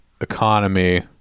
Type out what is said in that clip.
economy